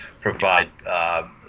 provide